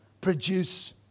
produce